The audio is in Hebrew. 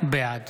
בעד